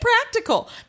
practical